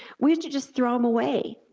we used to just throw em away.